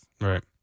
right